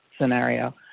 scenario